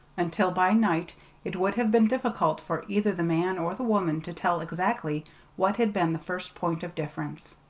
until by night it would have been difficult for either the man or the woman to tell exactly what had been the first point of difference.